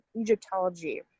Egyptology